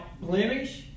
blemish